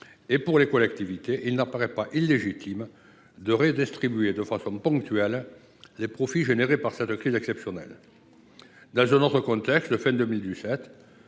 pour les collectivités, il ne paraît pas illégitime de redistribuer, de façon ponctuelle, les profits entraînés par cette crise exceptionnelle. Dans un autre contexte, fin 2017,